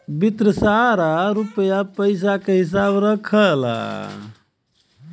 वित्त सारा रुपिया पइसा क हिसाब रखला